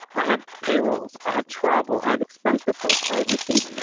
i have payrolls. i have travel. i have expense reports. i have receipts.